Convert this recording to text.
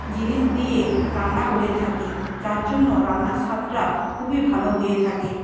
জিনিস দিয়ে রান্না করে থাকি যার জন্য রান্নার স্বাদটা খুবই ভালো হয়ে থাকে